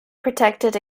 protected